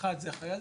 אחד זה החיילים,